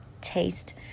taste